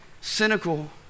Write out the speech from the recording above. cynical